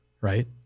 right